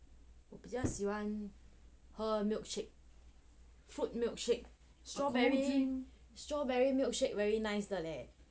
我比较喜欢喝 milkshake fruit milkshake strawberry strawberry milkshake very nice 的 leh